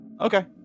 okay